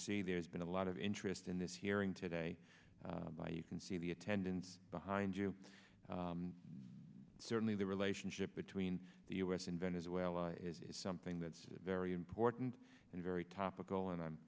see there's been a lot of interest in this hearing today by you can see the attendance behind you and certainly the relationship between the u s in venezuela is something that's very important and very topical and i'm